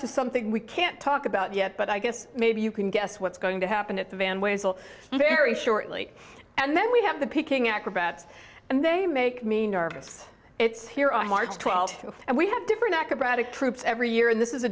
to something we can't talk about yet but i guess maybe you can guess what's going to happen at the van ways will be very shortly and then we have the picking acrobats and they make me nervous it's here on march twelfth and we have different acrobatic troops every year and this is a